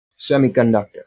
semiconductor